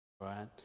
right